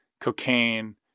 cocaine